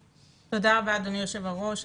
תודה רבה אדוני היושב ראש.